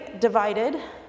divided